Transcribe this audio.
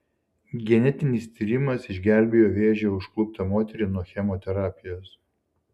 genetinis tyrimas išgelbėjo vėžio užkluptą moterį nuo chemoterapijos